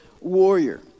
warrior